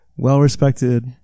Well-respected